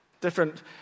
different